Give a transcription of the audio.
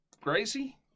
crazy